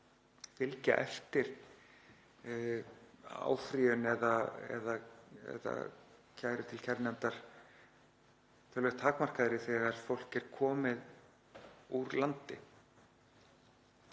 fylgja eftir áfrýjun eða kæru til kærunefndar töluvert takmarkaðri þegar fólk er komið úr landi.